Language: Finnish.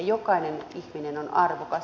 jokainen ihminen on arvokas